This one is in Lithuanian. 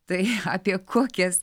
tai apie kokias